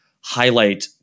highlight